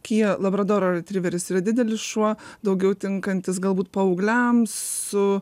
kija labradoro retriveris yra didelis šuo daugiau tinkantis galbūt paaugliams su